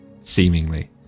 seemingly